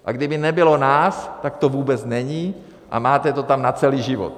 A kdyby nebylo nás, tak to vůbec není a máte to tam na celý život.